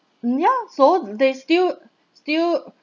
mm ya so they still still